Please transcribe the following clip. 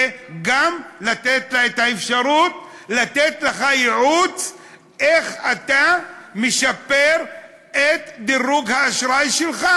גם את האפשרות לתת לך ייעוץ איך אתה משפר את דירוג האשראי שלך.